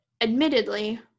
admittedly